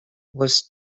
was